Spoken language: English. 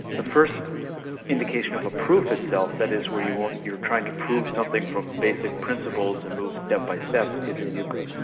the first indication of a proof itself, that is where you're you're trying to prove something from basic principles and move step by step, is in euclid.